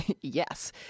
yes